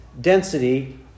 density